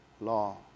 law